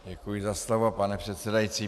Děkuji za slovo, pane předsedající.